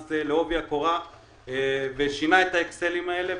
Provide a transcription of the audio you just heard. לעובי הקורה ושינה את האקסלים האלה,